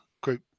group